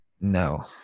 No